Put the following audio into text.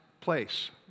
place